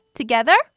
together